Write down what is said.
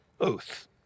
oath